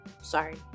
Sorry